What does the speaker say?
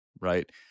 right